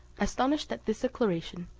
astonished at this declaration,